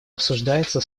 обсуждается